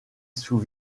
sous